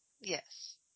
Yes